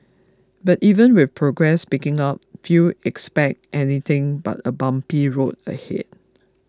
but even with progress picking up few expect anything but a bumpy road ahead